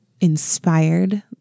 inspired